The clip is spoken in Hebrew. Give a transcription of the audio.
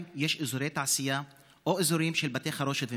יש אזורי תעשייה או אזורים של בתי חרושת ומפעלים.